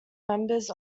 members